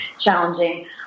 challenging